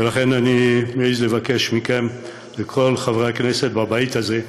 לכן אני מעז לבקש מכם, מכל חברי הכנסת בבית הזה,